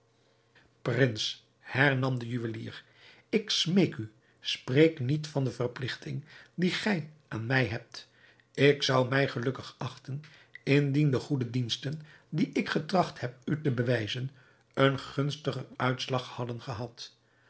prins hernam de juwelier ik smeek u spreek niet van de verpligting die gij aan mij hebt ik zou mij gelukkig achten indien de goede diensten die ik getracht heb u te bewijzen een gunstiger uitslag hadden gehad